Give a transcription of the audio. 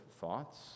thoughts